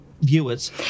viewers